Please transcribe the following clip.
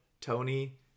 Tony